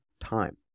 time